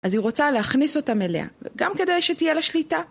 אז היא רוצה להכניס אותם אליה, גם כדי שתהיה לה שליטה.